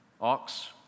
ox